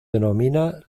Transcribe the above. denomina